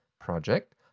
project